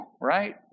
right